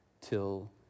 till